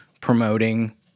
promoting